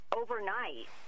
overnight